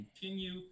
continue